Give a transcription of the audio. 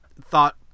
thought